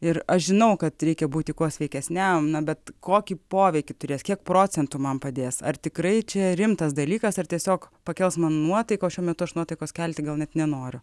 ir aš žinau kad reikia būti kuo sveikesniam na bet kokį poveikį turės kiek procentų man padės ar tikrai čia rimtas dalykas ar tiesiog pakels man nuotaikos šiuo metu aš nuotaikos kelti gal net nenoriu